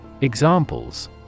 Examples